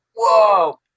whoa